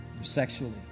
sexually